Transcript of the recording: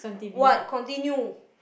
what continue